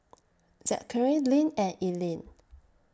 Zackary Linn and Eileen